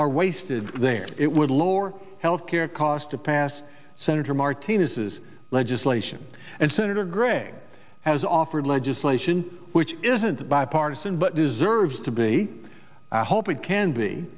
are wasted there it would lower health care cost to pass senator martinez is legislation and senator gregg has offered legislation which isn't bipartisan but deserves to be i hope it can be